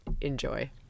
Enjoy